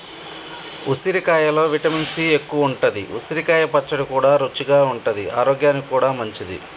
ఉసిరికాయలో vitamin C ఎక్కువుంటది, ఉసిరికాయ పచ్చడి కూడా రుచిగా ఉంటది ఆరోగ్యానికి కూడా మంచిది